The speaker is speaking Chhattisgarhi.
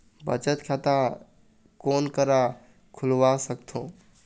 बचत खाता कोन करा खुलवा सकथौं?